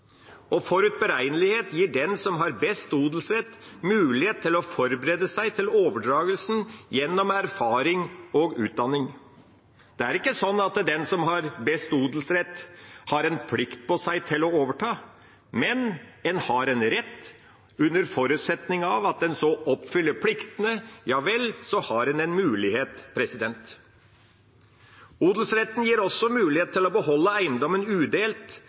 og forutberegnelighet gir den som har best odelsrett, mulighet til å forberede seg til overdragelsen gjennom erfaring og utdanning. Det er ikke sånn at den som har best odelsrett, har en plikt på seg til å overta, men en har en rett under forutsetning av at en oppfyller pliktene – ja vel, så har en en mulighet. Odelsretten gir også mulighet til å beholde eiendommen udelt